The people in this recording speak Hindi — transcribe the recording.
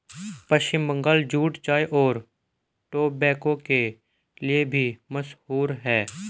पश्चिम बंगाल जूट चाय और टोबैको के लिए भी मशहूर है